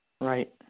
Right